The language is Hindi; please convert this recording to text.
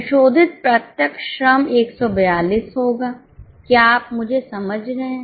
संशोधित प्रत्यक्ष श्रम 142 होगा क्या आप मुझे समझ रहे हैं